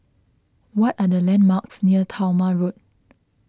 what are the landmarks near Talma Road